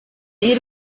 y’i